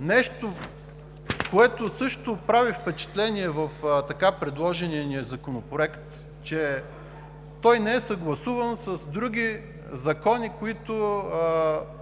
Нещо, което също прави впечатление в така предложения ни законопроект, е, че той не е съгласуван с други закони, които